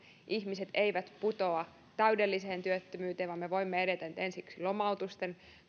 ihmiset eivät putoa täydelliseen työttömyyteen vaan me voimme edetä nyt ensiksi lomautusten